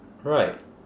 right